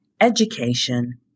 education